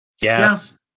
Yes